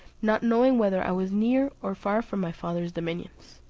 not knowing whether i was near or far from my father's dominions.